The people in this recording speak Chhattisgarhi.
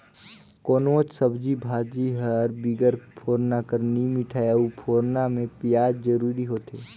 कोनोच सब्जी भाजी हर बिगर फोरना कर नी मिठाए अउ फोरना में पियाज जरूरी होथे